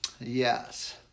yes